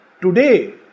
Today